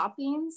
toppings